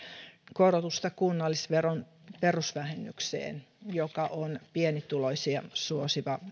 korotusta kunnallisveron perusvähennykseen joka on pienituloisia suosiva